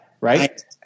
Right